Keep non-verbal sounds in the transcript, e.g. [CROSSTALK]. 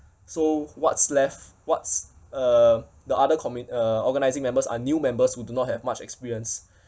so what's left what's uh the other commi~ uh organising members are new members who do not have much experience [BREATH]